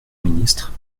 ministre